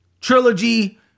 Trilogy